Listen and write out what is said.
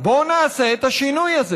בוא נעשה את השינוי הזה.